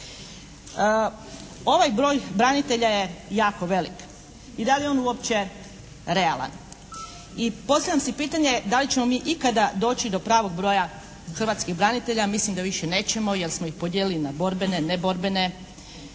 Ovaj broj branitelja je jako velik. I da li je on uopće realan? I postavljam si pitanje da li ćemo mi ikada doći do pravog broja hrvatskih branitelja? Mislim da više nećemo jer smo ih podijelili na borbene, neborbene.